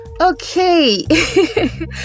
okay